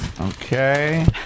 Okay